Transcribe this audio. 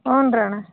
ಹ್ಞೂನಣ್ಣ